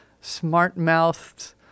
smart-mouthed